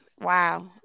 wow